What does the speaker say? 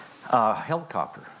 helicopter